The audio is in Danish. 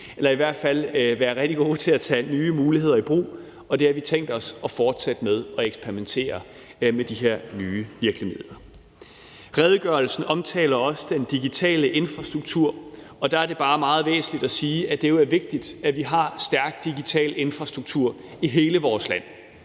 eller i hvert fald være rigtig gode til at tage nye muligheder i brug, og vi har tænkt os at fortsætte med at eksperimentere med de her nye virkemidler. Kl. 17:38 Redegørelsen omtaler også den digitale infrastruktur, og der er det bare meget væsentligt at sige, at det jo er vigtigt, at vi har en stærk digital infrastruktur i hele vores land.